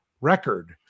record